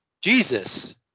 Jesus